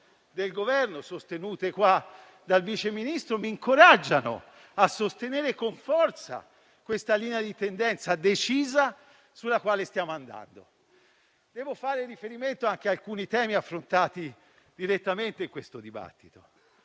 del Governo, sostenute in questa sede dal Vice Ministro, che mi incoraggiano a sostenere con forza questa linea di tendenza decisa che stiamo percorrendo. Devo fare riferimento anche ad alcuni temi affrontati direttamente in questo dibattito.